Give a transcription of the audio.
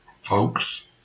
folks